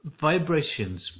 vibrations